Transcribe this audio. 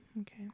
Okay